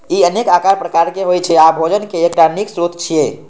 ई अनेक आकार प्रकार के होइ छै आ भोजनक एकटा नीक स्रोत छियै